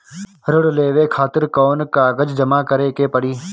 ऋण लेवे खातिर कौन कागज जमा करे के पड़ी?